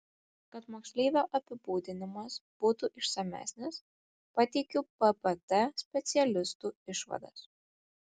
kad moksleivio apibūdinimas būtų išsamesnis pateikiu ppt specialistų išvadas